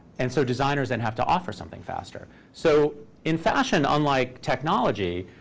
and so designers then have to offer something faster. so in fashion, unlike technology,